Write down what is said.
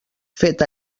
fet